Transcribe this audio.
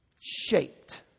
shaped